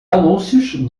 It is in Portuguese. anúncios